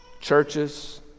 churches